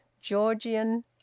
Georgian